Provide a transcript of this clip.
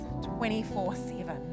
24-7